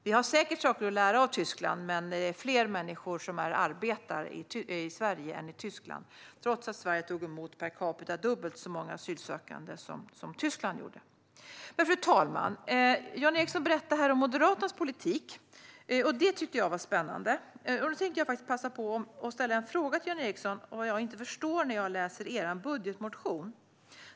Vi har säkert saker att lära av Tyskland, men det är fler som arbetar i Sverige än i Tyskland - trots att Sverige tog emot dubbelt så många asylsökande per capita. Fru talman! Jan Ericson berättade om Moderaternas politik, vilket var spännande. Jag tänkte passa på att ställa en fråga till Jan Ericson om något jag inte förstår när jag läser er budgetmotion.